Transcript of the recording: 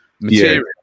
material